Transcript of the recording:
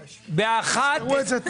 רועי, תזכרו את זה טוב.